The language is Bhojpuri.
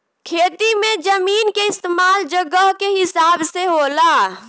खेती मे जमीन के इस्तमाल जगह के हिसाब से होला